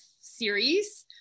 series